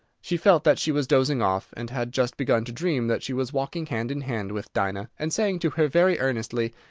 she felt that she was dozing off, and had just begun to dream that she was walking hand in hand with dinah, and saying to her very earnestly,